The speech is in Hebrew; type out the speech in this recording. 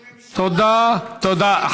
תודה, תודה.